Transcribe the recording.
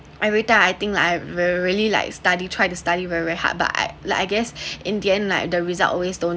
every time I think like I really like study try to study very very hard but I like I guess at the end like the result always don't